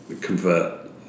convert